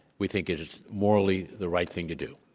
we think it is morally the right thing to do.